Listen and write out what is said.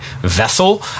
vessel